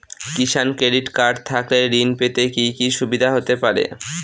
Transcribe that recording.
কিষান credit card থাকলে ঋণ পেতে কি কি সুবিধা হতে পারে?